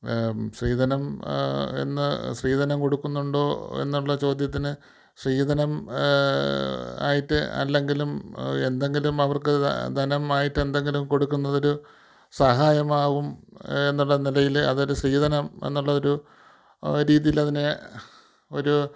സ്ത്രീധനം ഇന്ന് സ്ത്രീധനം കൊടുക്കുന്നുണ്ടോ എന്നുള്ള ചോദ്യത്തിന് സ്ത്രീധനം ആയിട്ട് അല്ലെങ്കിലും എന്തെങ്കിലും അവർക്ക് ധനമായിട്ട് എന്തെങ്കിലും കൊടുക്കുന്നത് ഒരു സഹായമാവും എന്നുള്ള നിലയിൽ അതൊരു സ്ത്രീധനം എന്നുള്ള ഒരു രീതിയിൽ അതിനെ ഒരു